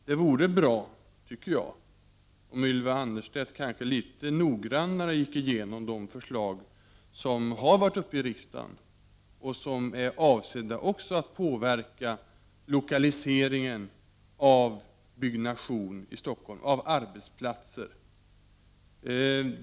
Det vore bra, tycker jag, om Ylva Annerstedt litet mera noggrant gick igenom de förslag som har varit uppe i riksdagen och som också är avsedda att påverka lokaliseringen av byggnation i Stockholm av arbetsplatser.